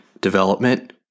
development